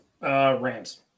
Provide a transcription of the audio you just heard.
Rams